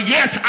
Yes